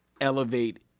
elevate